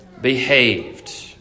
behaved